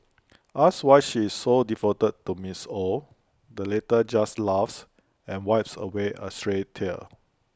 asked why she is so devoted to miss Ow the latter just laughs and wipes away A stray tear